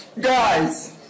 Guys